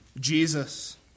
Jesus